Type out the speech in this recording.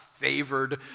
favored